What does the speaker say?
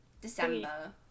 December